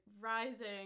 rising